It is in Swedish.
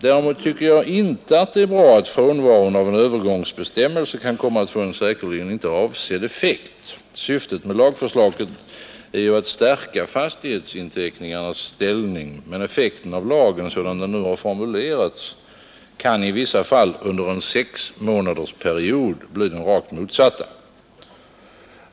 Däremot tycker jag inte att det är bra att frånvaron av en övergångsbestämmelse kan komma att få en säkerligen inte avsedd effekt. Syftet med lagförslaget är ju att stärka fastighetsinteckningarnas ställning, men effekten av lagen, sådan den nu har formulerats, kan i vissa fall under en sexmånadersperiod bli den rakt motsatta.